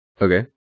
Okay